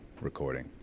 recording